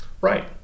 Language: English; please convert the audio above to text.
Right